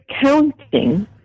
counting